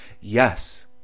Yes